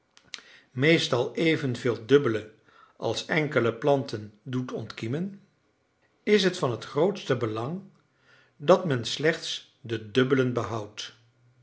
meestal evenveel dubbele als enkele planten doet ontkiemen is het van het grootste belang dat men slechts de dubbelen behoudt